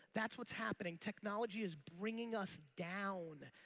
that's what's happening. technology is bringing us down.